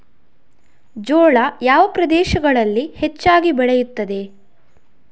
ಜೋಳ ಯಾವ ಪ್ರದೇಶಗಳಲ್ಲಿ ಹೆಚ್ಚಾಗಿ ಬೆಳೆಯುತ್ತದೆ?